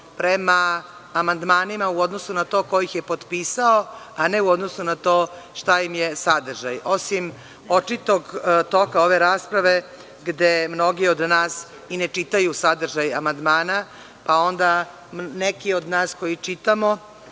prema amandmanima u odnosu na to ko ih je potpisao, a ne u odnosu na to šta im je sadržaj, osim očitog toka ove rasprave, gde mnogi od nas i ne čitaju sadržaj amandmana, a onda neki od nas koji čitamo